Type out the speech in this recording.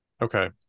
Okay